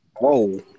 Whoa